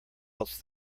else